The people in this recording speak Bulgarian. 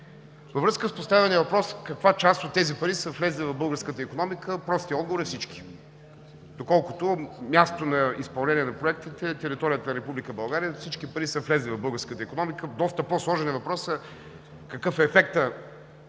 Във връзка с поставения въпрос каква част от тези пари са влезли в българската икономика, простият отговор е: всички. Доколкото мястото на изпълнение на проектите е територията на Република България, всички пари са влезли в българската икономика. Доста по-сложен е въпросът какъв е ефектът